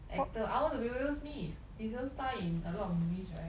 actor I want to be Will Smith he's a star in a lot of movies right